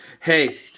Hey